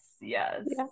yes